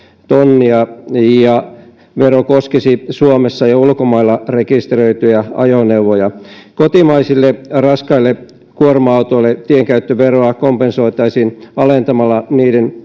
tonnia ja vero koskisi suomessa ja ulkomailla rekisteröityjä ajoneuvoja kotimaisille raskaille kuorma autoille tienkäyttöveroa kompensoitaisiin alentamalla niiden